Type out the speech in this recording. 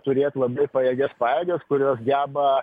turėt labai pajėgias pajėgas kurios geba